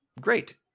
great